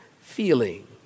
feeling